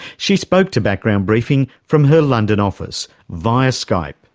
she spoke to background briefing from her london office via skype.